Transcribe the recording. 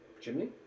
chimney